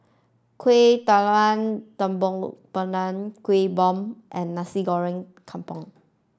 Kueh Talam Tepong Pandan Kueh Bom and Nasi Goreng Kampung